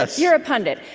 ah you're a pundit.